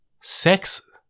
sex